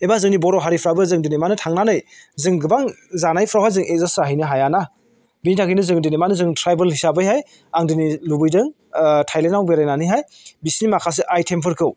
एबा जोंनि बर' हारिफ्राबो जों दिनै माने थांनानै जों गोबां जानायफ्रावहाय जों एदजास्ट जाहैनो हायाना बेनि थाखायनो जोङो दिनै माने जों ट्रायबेल हिसाबैहाय आं दिनै लुबैदों थायलेन्डआव बेरायनानैहाय बिसोरनि माखासे आयथेमफोरखौ